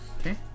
Okay